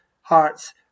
Hearts